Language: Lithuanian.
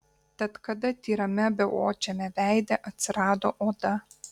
tad kada tyrame beodžiame veide atsirado oda